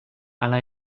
hala